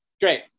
great